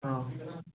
हाँ